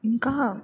ఇంకా